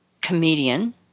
comedian